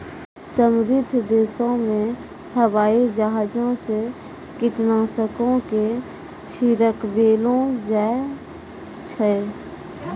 समृद्ध देशो मे हवाई जहाजो से कीटनाशको के छिड़कबैलो जाय छै